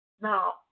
Now